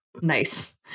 Nice